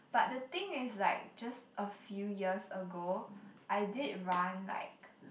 but the thing is like just a few years ago I did run like